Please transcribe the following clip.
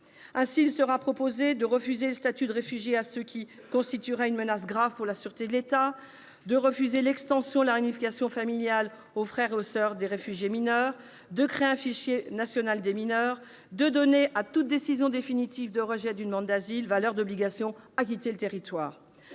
Ainsi, nous proposons au Sénat de refuser le statut de réfugié à ceux qui constitueraient une menace grave pour la sûreté de l'État ; de refuser l'extension de la réunification familiale aux frères et soeurs des réfugiés mineurs ; de créer un fichier national des mineurs ; de donner à toute décision définitive de rejet d'une demande d'asile valeur d'obligation de quitter le territoire.